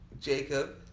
Jacob